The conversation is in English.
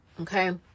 Okay